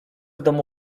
domu